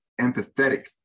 empathetic